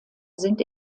sind